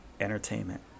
entertainment